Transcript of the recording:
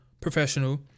professional